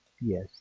yes